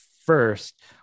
First